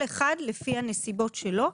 כל אחד לפי הנסיבות שלו.